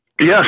Yes